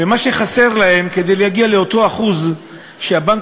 ומה שחסר להם כדי להגיע לאותו אחוז שבו הבנק